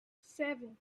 seven